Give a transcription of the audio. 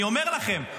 אני אומר לכם,